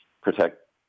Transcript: protect